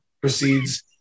proceeds